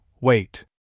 Wait